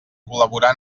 col·laborar